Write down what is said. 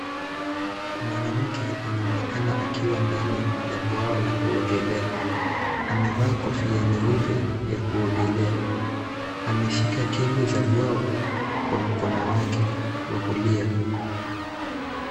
Mwanamke anaonekana akiwa ndani ya bwawa la kuogelea. Amevaa kofia nyeupe ya kuogelea. Ameshika kingo za bwawa kwa mkono wake wa kulia.